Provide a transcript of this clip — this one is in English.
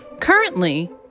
Currently